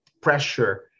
pressure